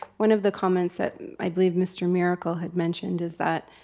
one of the comments that i believe mr. miracle had mentioned is that